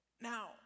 Now